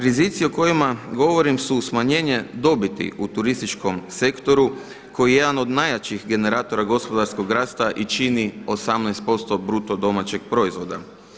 Rizici o kojima govorim su smanjenje dobiti u turističkom sektoru koji je jedan od najjačih generatora gospodarskog rasta i čini 18% bruto domaćeg proizvoda.